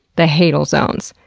the hadal zones.